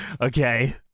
Okay